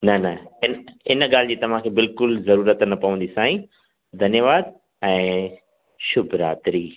न न इन ॻाल्हि जी तव्हां खे बिल्कुलु ज़रूरत न पवंदी साईं धन्यवाद ऐं शुभ रात्री